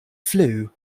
flue